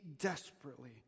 desperately